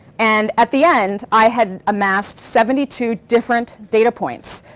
and at the end, i had amassed seventy two different data points.